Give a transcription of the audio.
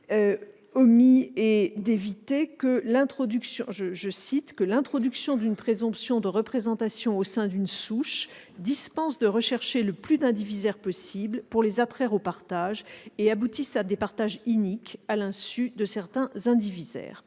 omis et d'éviter que « l'introduction d'une présomption de représentation au sein d'une souche dispense de rechercher le plus d'indivisaires possible pour les attraire au partage, et aboutissent à des partages iniques à l'insu de certains indivisaires